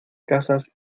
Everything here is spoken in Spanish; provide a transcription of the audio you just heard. casas